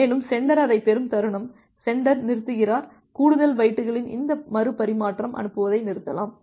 மேலும் சென்டர் அதைப் பெறும் தருணம் சென்டர் நிறுத்துகிறார் கூடுதல் பைட்டுகளின் இந்த மறுபரிமாற்றம் அனுப்புவதை நிறுத்தலாம்